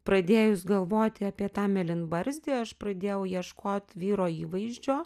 pradėjus galvoti apie tą mėlynbarzdį aš pradėjau ieškot vyro įvaizdžio